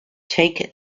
take